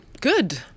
Good